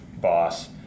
boss